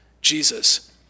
Jesus